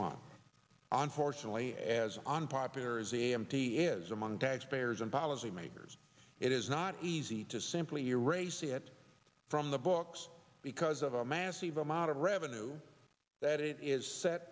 month unfortunately as unpopular as a m t is among taxpayers and policy makers it is not easy to simply array see it from the books because of a massive amount of revenue that it is set